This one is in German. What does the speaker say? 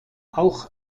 auch